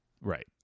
Right